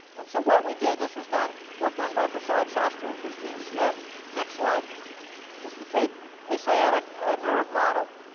and so what we did this was work done by prasad shastri and christine schmidt next slide is to take a sciatic ah nerve model,